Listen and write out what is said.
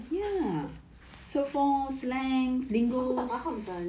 aku tak faham sia